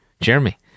Jeremy